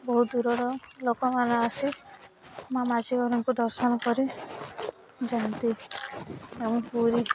ବହୁତ ଦୂରର ଲୋକମାନେ ଆସି ମାଁ ମାଝୀଗୋୖରୀଙ୍କୁ ଦର୍ଶନ କରି ଯାଆନ୍ତି ଆମ ପୁରୀ